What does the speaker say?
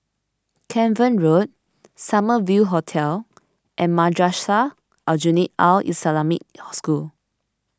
Cavan Road Summer View Hotel and Madrasah Aljunied Al Islamic School